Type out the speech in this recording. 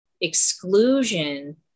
exclusion